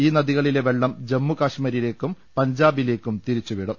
ഇൌ നദികളിലെ വെളളം ജമ്മുകാശ്മീരിലേക്കും പഞ്ചാബിലേക്കും തിരിച്ചുവിടും